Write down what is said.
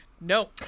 no